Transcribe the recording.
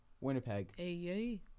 Winnipeg